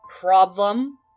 Problem